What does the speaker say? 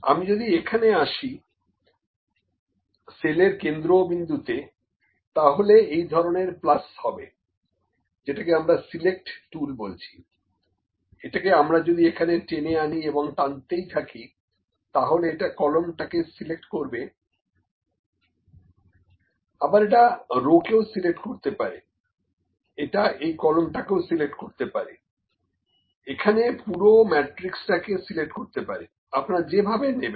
আমি যদি এখানে আসি সেলের কেন্দ্রবিন্দুতে তাহলে এই ধরনের প্লাস হবে যেটাকে আমরা সিলেক্ট টুল বলছি এটাকে আমরা যদি এখানে টেনে আনি এবং টানতেই থাকি তাহলে এটা কলাম টাকে সিলেক্ট করবে আবার এটা রোকেও সিলেক্ট করতে পারে এটা এই কলামটাকেও সিলেক্ট করতে পারে এখানে পুরো ম্যাট্রিক্স টাকে সিলেক্ট করতে পারে আপনারা যে ভাবে নেবেন